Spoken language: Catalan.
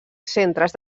centres